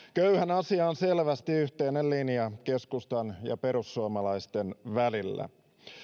asia on selvästi yhteinen linja keskustan ja perussuomalaisten välillä